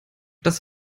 das